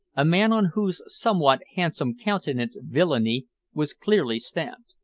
a man on whose somewhat handsome countenance villainy was clearly stamped.